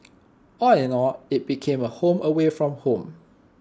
all in all IT became A home away from home